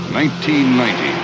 1990